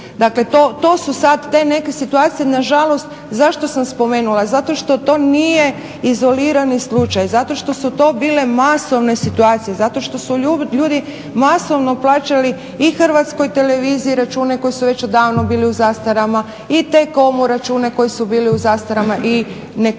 Dakle, to su sad te neke situacije, nažalost zašto sam spomenula? Zato što to nije izolirani slučaj, zato što su to bile masovne situacije, zato što su ljudi masovno plaćali i HTV-u račune koji su već odavno bili u zastarama i T-COM-u račune koji su bili u zastarama i ne